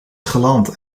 galant